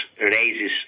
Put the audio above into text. raises